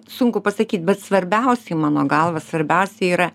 sunku pasakyt bet svarbiausiai mano galva svarbiausia yra